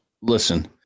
Listen